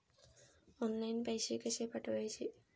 Online पैसे कशे पाठवचे?